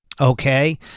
okay